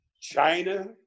China